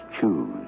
choose